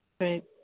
Right